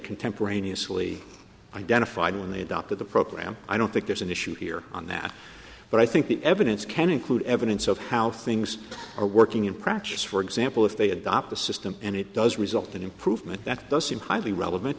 contemporaneously identified when they adopted the program i don't think there's an issue here on that but i think the evidence can include evidence of how things are working in practice for example if they adopt the system and it does result in improvement that does seem highly relevant